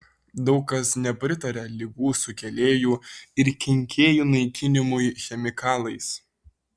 daug kas nepritaria ligų sukėlėjų ir kenkėjų naikinimui chemikalais